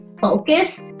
focused